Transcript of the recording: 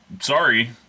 sorry